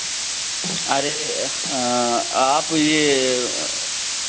अरे आप ये